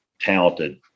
talented